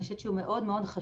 אני חושבת שהוא מאוד חשוב,